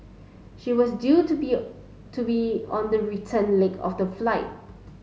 she was due to be to be on the return leg of the flight